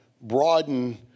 broaden